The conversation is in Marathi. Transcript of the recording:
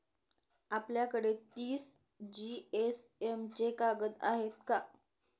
आपल्याकडे तीस जीएसएम चे कागद आहेत का?